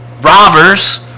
robbers